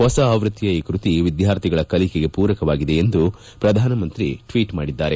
ಹೊಸ ಆವೃತ್ತಿಯ ಈ ಕೃತಿ ವಿದ್ಲಾರ್ಥಿಗಳ ಕಲಿಕೆಗೆ ಪೂರಕವಾಗಿದೆ ಎಂದು ಪ್ರಧಾನಮಂತ್ರಿ ಟ್ವೀಟ್ ಮಾಡಿದ್ದಾರೆ